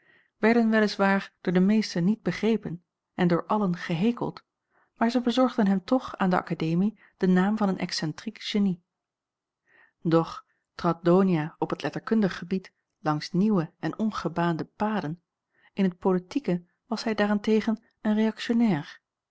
wel is waar door de meesten niet begrepen en door allen gehekeld maar zij bezorgden hem toch aan de akademie den naam van een excentriek genie doch trad donia op het letterkundig gebied langs nieuwe en ongebaande paden in het politieke was hij daar-en-tegen een